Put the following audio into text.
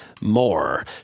More